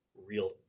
real